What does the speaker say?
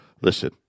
listen